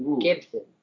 Gibson